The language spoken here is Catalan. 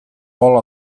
vol